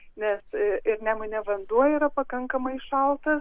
nes ir nemune vanduo yra pakankamai šaltas